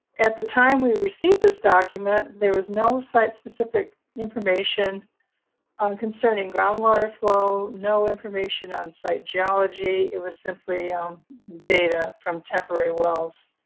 at the time we received this document, there was no site specific information concerning groundwater flow, no information on site geology. it was simply um data from temporary wells,